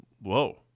Whoa